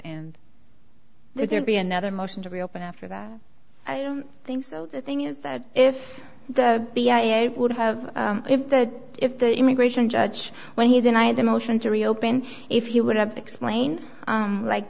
we there'd be another motion to reopen after that i don't think so the thing is that if the b i would have if that if the immigration judge when he denied the motion to reopen if he would have explained like